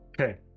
okay